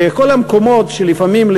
בכל המקומות שלפעמים,